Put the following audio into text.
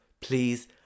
please